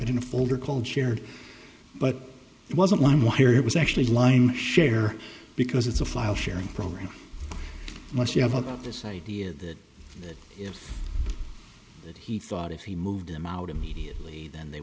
it in a folder called shared but it wasn't one wire it was actually line share because it's a file sharing program unless you have about this idea that you know that he thought if he moved him out immediately then they